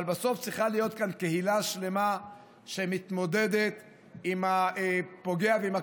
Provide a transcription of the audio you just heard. אבל בסוף צריכה להיות כאן קהילה שלמה שמתמודדת עם הפוגע ועם הקורבן.